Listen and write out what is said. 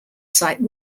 site